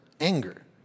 anger